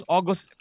August